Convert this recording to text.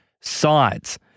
sides